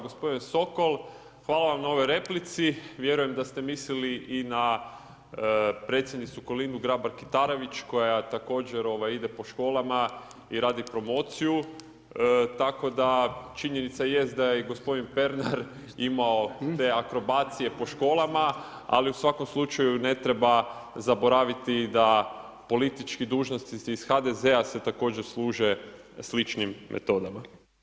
Gospodin Sokol hvala vam na ovoj replici, vjerujem da ste mislili i na predsjednicu Kolindu Grabar-Kitarović koja također ide po školama i radi promociju tako da činjenica jest da je i gospodin Pernar imao te akrobacije po školama, ali u svakom slučaju ne treba zaboravit da politički dužnosnici iz HDZ-a se također služe sličnim metodama.